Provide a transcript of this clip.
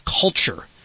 culture